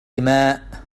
ماء